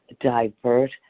divert